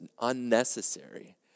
unnecessary